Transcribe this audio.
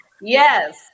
Yes